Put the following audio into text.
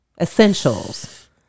essentials